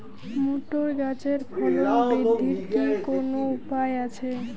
Motor গাছের ফলন বৃদ্ধির কি কোনো উপায় আছে?